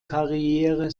karriere